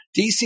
DC